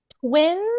twins